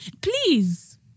Please